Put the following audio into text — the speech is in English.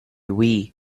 wii